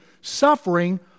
suffering